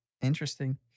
Interesting